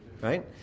right